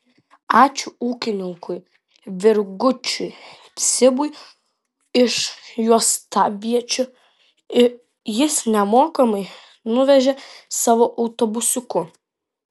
ačiū ūkininkui virgučiui cibui iš juostaviečių jis nemokamai nuvežė savo autobusiuku